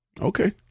Okay